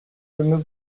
remove